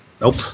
Nope